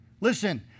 Listen